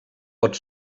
pot